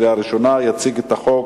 עברה בקריאה ראשונה ותעבור